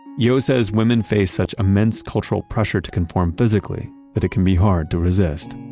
yeo says women face such immense cultural pressure to conform physically, that it can be hard to resist.